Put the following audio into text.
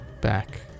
back